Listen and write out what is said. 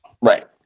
Right